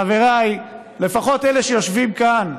חבריי, שלפחות אלה שיושבים כאן,